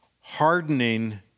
Hardening